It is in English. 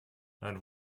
and